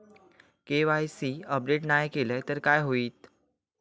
KYC update नाय केलय तर काय होईत?